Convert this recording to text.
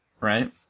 right